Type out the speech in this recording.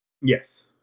Yes